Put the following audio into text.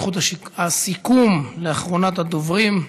זכות הסיכום לאחרונת הדוברים,